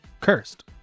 cursed